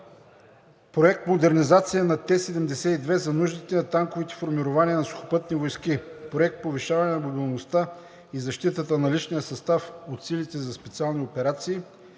Проект „Модернизация на Т-72 за нуждите на танковите формирования на Сухопътни войски“; - Проект „Повишаване на мобилността и защитата на личния състав от силите за специални операции“;